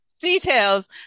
Details